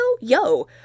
yo